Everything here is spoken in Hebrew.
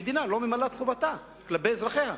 המדינה לא ממלאת את חובתה כלפי אזרחיה,